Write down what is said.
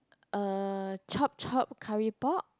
uh chop chop curry pok